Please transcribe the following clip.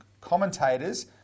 commentators